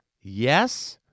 Yes